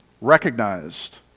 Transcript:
recognized